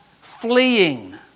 fleeing